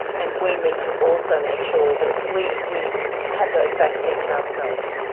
and we need to also make sure that we we have those vaccines ourselves.